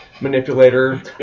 manipulator